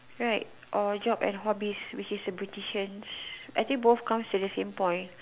right or job and hobbies which is a beauticians I think both come with the same point